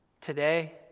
today